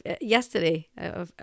yesterday